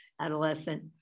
adolescent